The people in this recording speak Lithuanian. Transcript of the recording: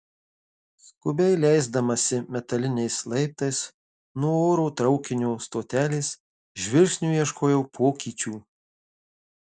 skubiai leisdamasi metaliniais laiptais nuo oro traukinio stotelės žvilgsniu ieškau pokyčių